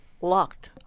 locked